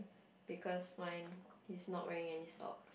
because mine he is not wearing any sock